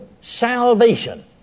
salvation